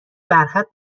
برخط